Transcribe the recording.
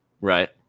Right